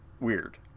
weird